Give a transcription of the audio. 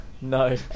No